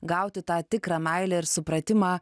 gauti tą tikrą meilę ir supratimą